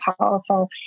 powerful